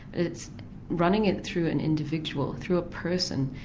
it's running it through an individual, through a person,